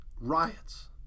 riots